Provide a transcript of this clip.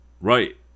right